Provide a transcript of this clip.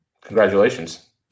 Congratulations